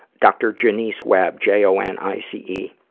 dr. jonice webb, j o n i c e,